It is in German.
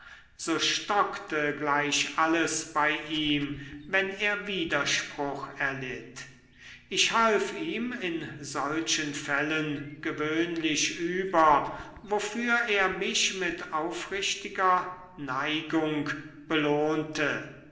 so stockte gleich alles bei ihm wenn er widerspruch erlitt ich half ihm in solchen fällen gewöhnlich über wofür er mich mit aufrichtiger neigung belohnte